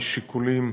משיקולים,